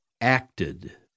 acted